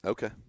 Okay